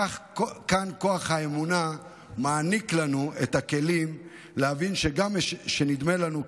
כאן כוח האמונה מעניק לנו את הכלים להבין שגם מה שנדמה לנו כרע,